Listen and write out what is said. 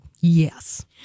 Yes